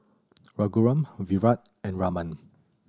Raghuram Virat and Raman